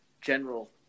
general